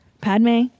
Padme